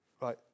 Right